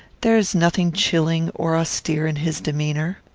there is nothing chilling or austere in his demeanour.